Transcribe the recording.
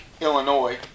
Illinois